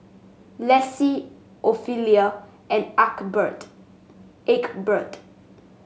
Laci Ophelia and Egbert